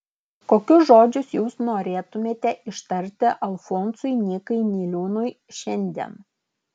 kokius žodžius jūs norėtumėte ištarti alfonsui nykai niliūnui šiandien